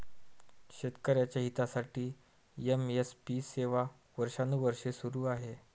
शेतकऱ्यांच्या हितासाठी एम.एस.पी सेवा वर्षानुवर्षे सुरू आहे